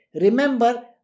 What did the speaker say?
remember